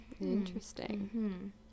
interesting